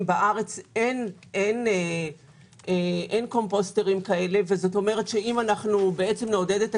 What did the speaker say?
בארץ אין מכשירים שכאלו ועידוד רכישת